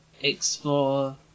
explore